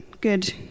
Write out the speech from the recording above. good